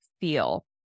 feel